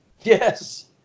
Yes